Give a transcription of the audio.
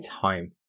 time